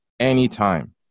Anytime